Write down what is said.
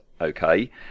okay